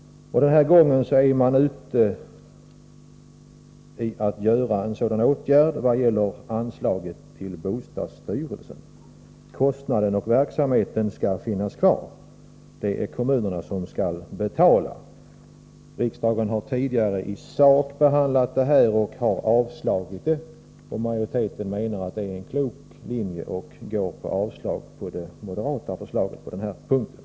Den här gången är man ute för att vidta en sådan åtgärd i fråga om anslaget till bostadsstyrelsen. Kostnaderna och verksamheten skall finnas kvar — det är kommunerna som skall betala. Riksdagen har tidigare i sak behandlat detta förslag och avslagit det. Utskottsmajoriteten menar att det var en klok åtgärd och tillstyrker avslag på det moderata förslaget på den här punkten.